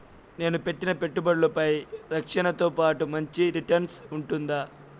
నేను పెట్టిన పెట్టుబడులపై రక్షణతో పాటు మంచి రిటర్న్స్ ఉంటుందా?